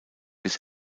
bis